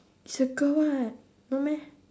is a girl what no meh